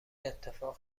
اتفاق